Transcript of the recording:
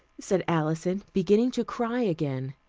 said alison, beginning to cry again.